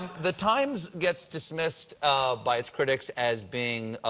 the times gets dismissed by its critics as being,